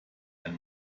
ein